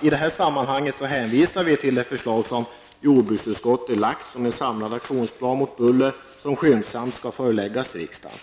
I det sammanhanget hänvisar vi till det förslag som jordbruksutskottet lagt om en samlad aktionsplan mot buller som skyndsamt skall föreläggas riksdagen.